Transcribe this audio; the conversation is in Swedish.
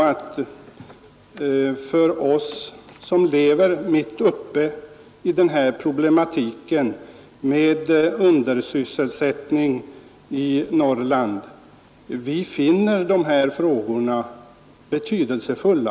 Men vi som lever mitt uppe i denna problematik med undersysselsättning i Norrland finner dessa frågor betydelsefulla.